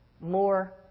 more